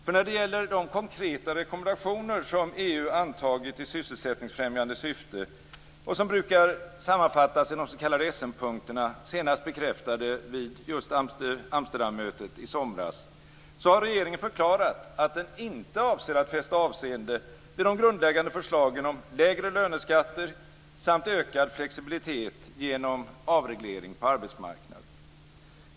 För när det gäller de konkreta rekommendationer som EU antagit i sysselsättningsfrämjande syfte och som brukar sammanfattas i de s.k. Essenpunkterna, senast bekräftade vid Amsterdammötet i somras, har regeringen förklarat att den inte avser att fästa avseende vid de grundläggande förslagen om lägre löneskatter samt ökad flexibilitet genom avreglering på arbetsmarknaden.